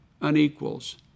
unequals